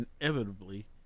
inevitably